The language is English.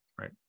Right